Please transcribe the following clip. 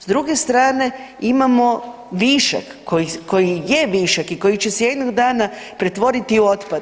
S druge strane imamo višak koji je višak i koji će se jednog dana pretvoriti u otpad.